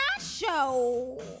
Show